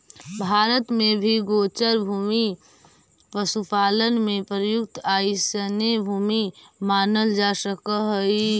भारत में भी गोचर भूमि पशुपालन में प्रयुक्त अइसने भूमि मानल जा सकऽ हइ